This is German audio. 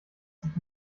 sich